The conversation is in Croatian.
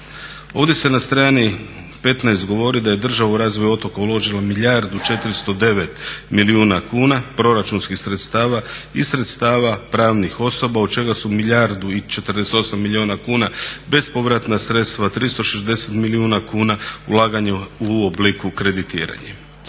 Ovdje se na strani 15 govori da je država u razvoj otoka uložila milijardu 409 milijuna kuna proračunskih sredstava i sredstava pravnih osoba od čega su milijardu i 48 milijuna kuna bespovratna sredstva, 360 milijuna kuna ulaganje u obliku kreditiranja.